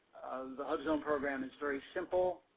the hubzone program is very simple.